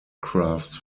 crafts